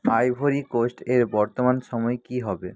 ivory Coast এর বর্তমান সময় কী হবে